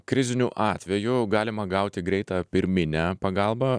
kriziniu atveju galima gauti greitą pirminę pagalbą